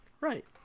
Right